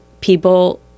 people